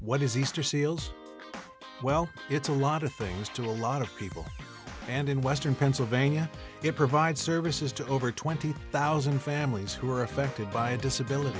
what is easter seals well it's a lot of things to a lot of people and in western pennsylvania they provide services to over twenty thousand families who are affected by a disability